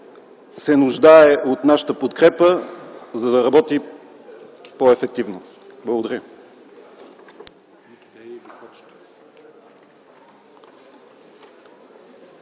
се нуждае от нашата подкрепа, за да работи по-ефективно. Благодаря.